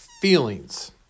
Feelings